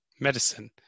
medicine